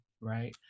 right